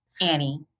Annie